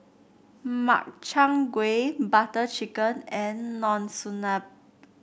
Makchang Gui Butter Chicken and Monsunabe